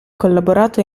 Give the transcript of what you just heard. collaborato